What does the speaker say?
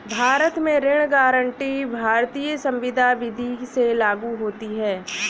भारत में ऋण गारंटी भारतीय संविदा विदी से लागू होती है